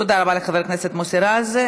תודה רבה לחבר הכנסת מוסי רז.